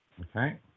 okay